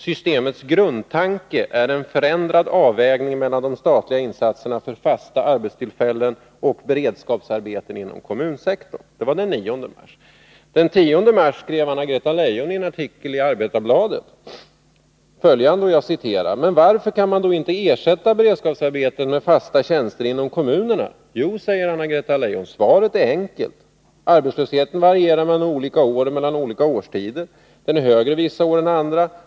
Systemets grundtanke är en förändrad avvägning mellan de statliga insatserna för fasta arbetstillfällen och beredskapsarbeten inom kommunsektorn.” Den 10 mars skrev Anna-Greta Leijon i en artikel i Arbetarbladet: ”Men varför kan man då inte ersätta beredskapsarbeten med fasta tjänster inom kommunerna? Jo, svaret är enkelt. Arbetslösheten varierar mellan olika år och mellan olika årstider. Den är högre vissa år än andra.